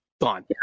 Gone